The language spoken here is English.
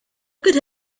could